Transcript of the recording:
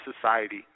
society